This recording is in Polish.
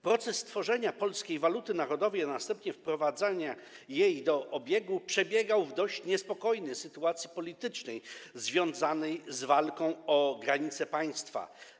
Proces tworzenia polskiej waluty narodowej, a następnie wprowadzania jej do obiegu, przebiegał w dość niespokojnej sytuacji politycznej, związanej z walką o granice państwa.